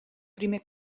primer